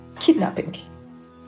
kidnapping